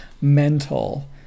mental